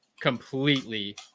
completely